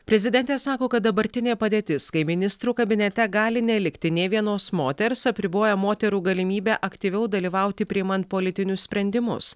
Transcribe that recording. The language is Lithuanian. prezidentė sako kad dabartinė padėtis kai ministrų kabinete gali nelikti nė vienos moters apriboja moterų galimybę aktyviau dalyvauti priimant politinius sprendimus